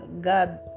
God